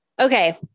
okay